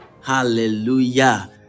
Hallelujah